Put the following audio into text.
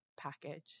Package